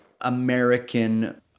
American